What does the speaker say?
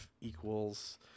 equals